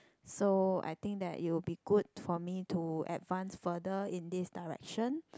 so I think that it will be good for me to advance further in this direction